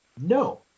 No